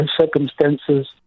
circumstances